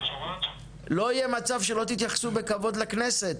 לא יהיה מצב שלא תתייחסו בכבוד לכנסת.